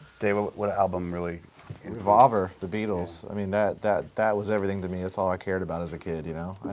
david, what album really revolver, the beatles. i mean, that that was everything to me. that's all i cared about as a kid, you know?